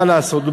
מה לעשות.